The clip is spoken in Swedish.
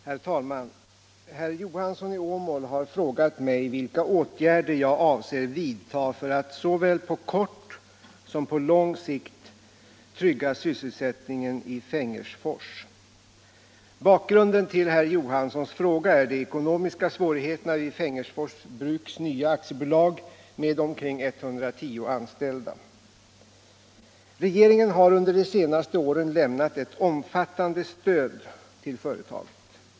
Herr talman! Herr Johansson i Åmål. har frågat mig vilka åtgärder jag avser vidta för att såväl på kort som på lång sikt trygga sysselsättningen 1 Fengersfors. Regeringen har under de senaste åren lämnat ett omfattande stöd till företaget.